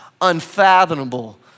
unfathomable